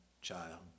child